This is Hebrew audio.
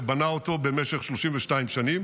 שבנה אותו במשך 32 שנים,